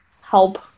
help